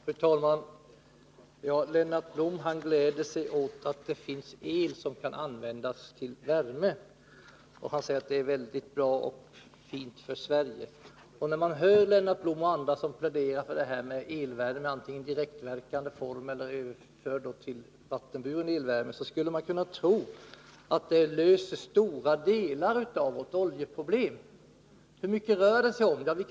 Fru talman! Lennart Blom gläder sig åt att det finns ett elöverskott som kan användas till uppvärmningsändamål. Han säger att det är mycket bra för Sverige. När man hör Lennart Blom och andra plädera för eluppvärmning, antingen direktverkande eller vattenburen elvärme, så kan man få ett intryck av att det löser stora delar av vårt oljeproblem. Men hur mycket rör det sig egentligen om?